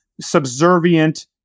subservient